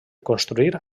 construir